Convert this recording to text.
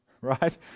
right